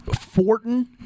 Fortin